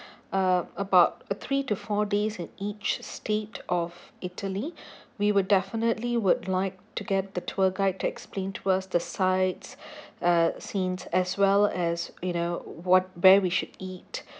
uh about a three to four days at each state of italy we will definitely would like to get the tour guide to explain to us the sites uh scenes as well as you know what where we should eat